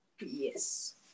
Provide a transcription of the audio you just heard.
Yes